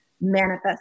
manifest